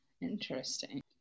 interesting